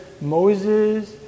Moses